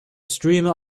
streamer